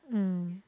mm